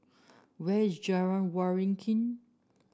where is Jalan Waringin